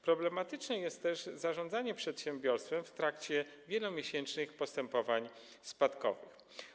Problematyczne jest też zarządzanie przedsiębiorstwem w trakcie wielomiesięcznych postępowań spadkowych.